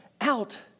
out